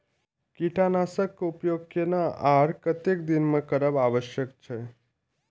कीटनाशक के उपयोग केना आर कतेक दिन में करब आवश्यक छै?